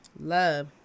love